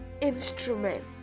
instrument